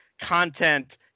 content